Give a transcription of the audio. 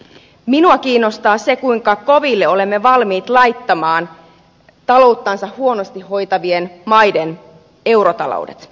minua kiinnostaa se kuinka koville olemme valmiit laittamaan talouttansa huonosti hoitavien maiden eurotaloudet